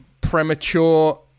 premature